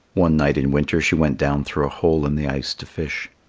one night in winter she went down through a hole in the ice to fish.